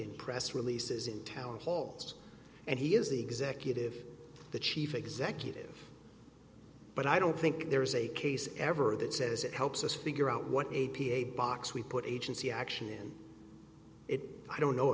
in press releases in town halls and he is the executive the chief executive but i don't think there is a case ever that says it helps us figure out what a p a box we put agency action in it i don't know